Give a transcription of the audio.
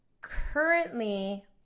currently